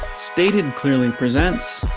stated clearly presents